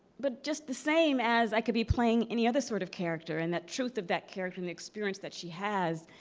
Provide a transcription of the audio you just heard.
but just the same as i could be playing any other sort of character. and the truth of that character and the experience that she has,